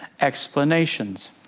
explanations